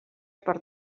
per